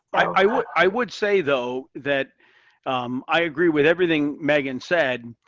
i would i would say, though, that i agree with everything megan said.